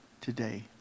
Today